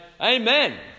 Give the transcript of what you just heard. Amen